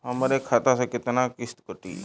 हमरे खाता से कितना किस्त कटी?